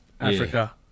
africa